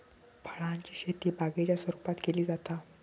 फळांची शेती बागेच्या स्वरुपात केली जाता